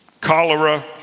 cholera